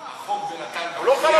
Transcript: הליכוד לא בתוך החוק הזה, אתה לא מבין?